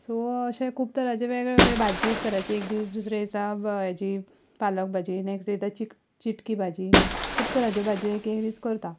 so अशे खूब तरांचे वेगळे वेगळे भाजी एक तराची एक दीस दुसरे दिसा हेची पालक भाजी नॅक्स्ट डे ते चिटकी भाजी खूब तरांच्यो भाज्यो एक एक दीस करता